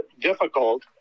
difficult